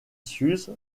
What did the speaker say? suse